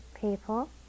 people